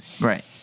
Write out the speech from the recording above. Right